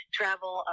travel